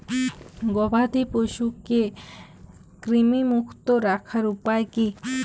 গবাদি পশুকে কৃমিমুক্ত রাখার উপায় কী?